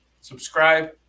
subscribe